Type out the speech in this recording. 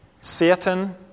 Satan